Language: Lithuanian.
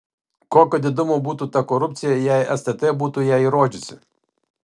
kokio didumo būtų ta korupcija jei stt būtų ją įrodžiusi